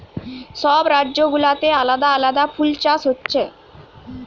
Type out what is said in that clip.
সব রাজ্য গুলাতে আলাদা আলাদা ফুল চাষ হচ্ছে